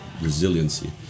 resiliency